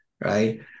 right